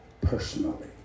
personally